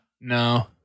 no